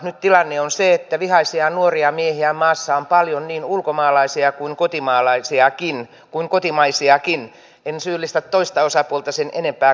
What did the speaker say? nyt tilanne on se että vihaisia nuoria miehiä maassa on paljon niin ulkomaalaisia kuin kotimaisiakin en syyllistä toista osapuolta sen enempää kuin toistakaan